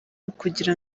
ukugira